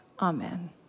Amen